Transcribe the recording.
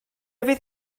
fydd